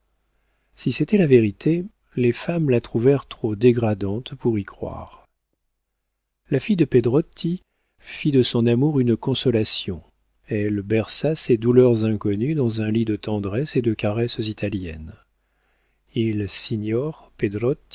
si c'était la vérité les femmes la trouvèrent trop dégradante pour y croire la fille de pedrotti fit de son amour une consolation elle berça ces douleurs inconnues dans un lit de tendresses et de caresses italiennes il signor